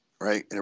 right